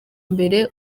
mbere